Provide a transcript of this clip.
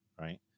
right